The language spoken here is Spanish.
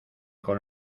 con